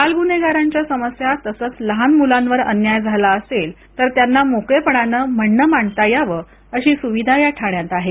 बाल गुन्हेगारांच्या समस्या तसच लहान मुलांवर अन्याय झाला असेल तर त्यांना मोकळे पणाने म्हणणं मांडता यावं अशी सुविधा या ठाण्यात आहे